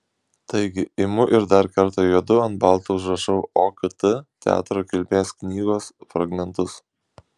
taigi imu ir dar kartą juodu ant balto užrašau okt teatro kilmės knygos fragmentus